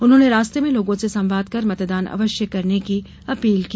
उन्होंने रास्ते में लोगों से संवाद कर मतदान अवश्य करने की अपील की